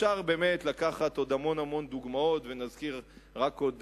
אפשר לתת עוד המון דוגמאות ונזכיר רק עוד